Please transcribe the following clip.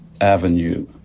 avenue